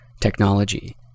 technology